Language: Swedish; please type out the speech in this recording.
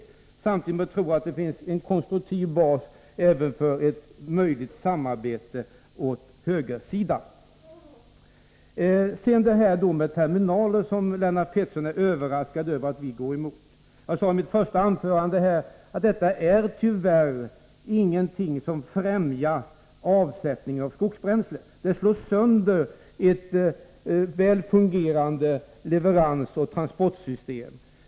Samtidigt tror vi Nr 55 dock att det finns en konstruktiv bas för ett samarbete också med högersidan. Lennart Pettersson är överraskad över att vi går emot terminaler. I mitt första anförande sade jag att terminaler tyvärr inte främjar avsättningen av skogsbränsle. De slår i stället sönder ett väl fungerande leveransoch transportsystem.